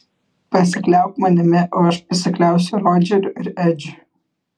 pasikliauk manimi o aš pasikliausiu rodžeriu ir edžiu